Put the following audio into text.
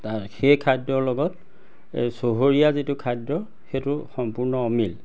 সেই খাদ্যৰ লগত এই চহৰীয়া যিটো খাদ্য সেইটো সম্পূৰ্ণ অমিল